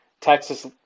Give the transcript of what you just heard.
Texas